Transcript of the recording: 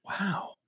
Wow